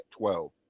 12